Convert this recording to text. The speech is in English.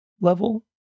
level